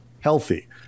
healthy